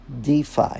DeFi